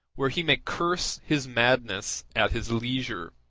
where he may curse his madness at his leisure